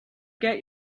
get